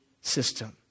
system